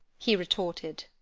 he retorted.